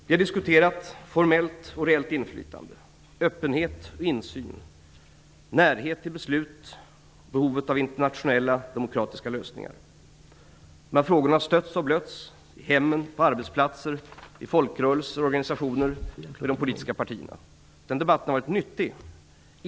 Man har diskuterat formellt och reellt inflytande, öppenhet och insyn, närheten till beslut och behovet av internationella demokratiska lösningar. Dessa frågor har stötts och blötts i hemmen, på arbetsplatserna, i folkrörelser och organisationer och i de politiska partierna. Debatten har varit nyttig.